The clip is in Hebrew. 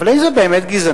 אבל האם זו באמת גזענות?